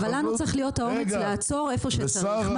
אבל לנו צריך להיות האומץ לעצור איפה שצריך.